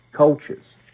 Cultures